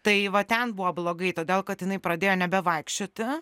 tai va ten buvo blogai todėl kad jinai pradėjo nebevaikščioti